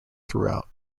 throughout